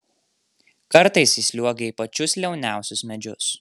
kartais įsliuogia į pačius liauniausius medžius